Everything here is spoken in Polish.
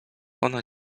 ona